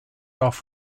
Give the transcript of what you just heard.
off